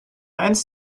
eins